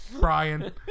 Brian